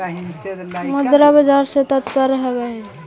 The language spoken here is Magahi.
मुद्रा बाजार से तोहरा का तात्पर्य हवअ